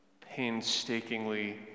painstakingly